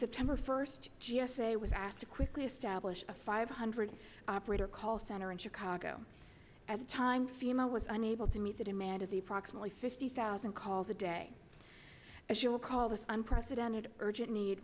september first g s a was asked to quickly establish a five hundred operator call center in chicago at the time fema was unable to meet the demand of the approximately fifty thousand calls a day as you will call this unprecedented urgent need